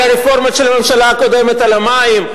על הרפורמות של הממשלה הקודמת על המים,